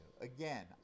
Again